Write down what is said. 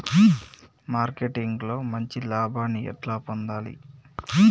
Marketing లో మంచి లాభాల్ని ఎట్లా పొందాలి?